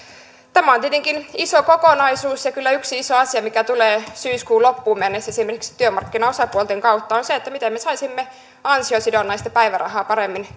tämä on tietenkin iso kokonaisuus ja kyllä yksi iso asia mikä tulee syyskuun loppuun mennessä työmarkkinaosapuolten kautta on esimerkiksi se miten me saisimme ansiosidonnaista päivärahaa paremmin